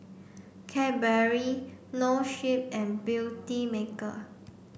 Cadbury Noa Sleep and Beautymaker